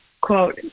quote